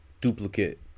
duplicate